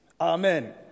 Amen